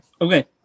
okay